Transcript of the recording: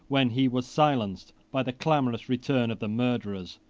when he was silenced by the clamorous return of the murderers,